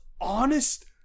honest